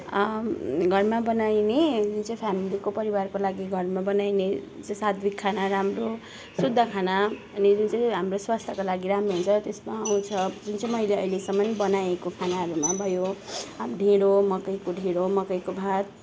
घरमा बनाइने जुन चाहिँ फेमिलीको परिवारको लागि घरमा बनाइने चाहिँ साद्विक खाना राम्रो शुद्ध खाना अनि जुन चाहिँ हाम्रो स्वास्थ्यको लागि राम्रो हुन्छ त्यसमा आउँछ जुन चाहिँ मैले अहिलेसम्म बनाएको खानाहरूमा भयो ढेँडो मकैको ढेँडो मकैको भात